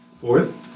fourth